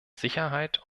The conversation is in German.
sicherheit